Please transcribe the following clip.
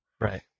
Right